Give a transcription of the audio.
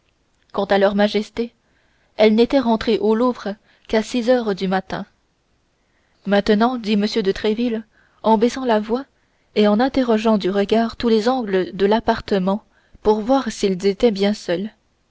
quant à leurs majestés elles n'étaient rentrées au louvre qu'à six heures du matin maintenant dit m de tréville en baissant la voix et en interrogeant du regard tous les angles de l'appartement pour voir s'ils étaient bien seuls